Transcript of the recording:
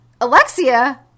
Alexia